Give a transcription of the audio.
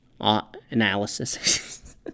analysis